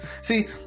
See